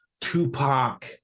tupac